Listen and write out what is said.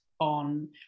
on